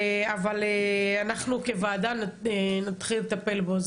אבל אנחנו כוועדה נתחיל לטפל בו,